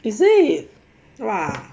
is it ya